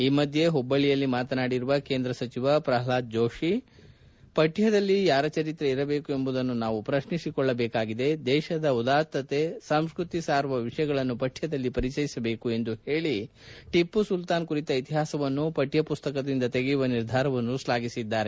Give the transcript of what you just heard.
ಈ ಮಧ್ಯ ಹುಬ್ಬಳ್ಳಿಯಲ್ಲಿ ಮಾತನಾಡಿರುವ ಕೇಂದ್ರ ಸಚಿವ ಪ್ರಪ್ಲಾದ್ ಜೋಷಿ ಪಠ್ಯದಲ್ಲಿ ಯಾರ ಚರಿತ್ರೆ ಇರಬೇಕು ಎಂಬುದನ್ನು ನಾವು ಪ್ರಶ್ನಿಸಿಕೊಳ್ಳಬೇಕಾಗಿದೆ ದೇಶದ ಉದಾತತ್ತೆ ಸಂಸ್ಕೃತಿ ಸಾರುವ ವಿಷಯಗಳನ್ನು ಪಠ್ಠದಲ್ಲಿ ಪರಿಚಯಿಸಬೇಕು ಎಂದು ಹೇಳಿ ಟಿಮ್ಲ ಸುಲ್ತಾನ್ ಕುರಿತ ಇತಿಹಾಸವನ್ನು ವಕ್ಕ ಮಸ್ತಕದಿಂದ ತೆಗೆಯುವ ನಿರ್ಧಾರವನ್ನು ಶ್ಲಾಘಿಸಿದ್ದಾರೆ